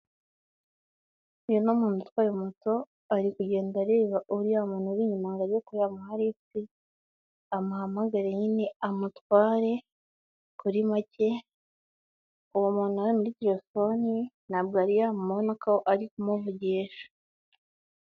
Uyu ni muntu utwaye moto, ari kugenda areba uriya muntu uri inyuma ngo ajya ko yamuha rifuti, amuhamagare nyine amutware kuri make. Uwo muntu afite telefone ntabwo ari yamubona ko ari kumuvugisha.